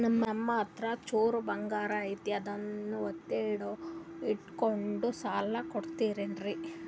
ನಮ್ಮಹತ್ರ ಚೂರು ಬಂಗಾರ ಐತಿ ಅದನ್ನ ಒತ್ತಿ ಇಟ್ಕೊಂಡು ಸಾಲ ಕೊಡ್ತಿರೇನ್ರಿ?